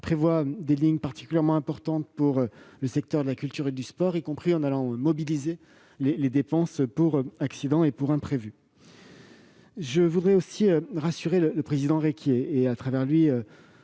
prévoit des lignes de crédits particulièrement importantes pour les secteurs de la culture et du sport, y compris en mobilisant des dépenses accidentelles et imprévues. Je voudrais aussi rassurer le président Requier et, à travers lui,